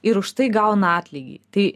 ir už tai gauna atlygį tai